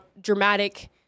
dramatic